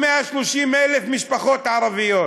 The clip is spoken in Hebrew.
מה-130,000 הן משפחות ערביות.